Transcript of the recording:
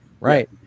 Right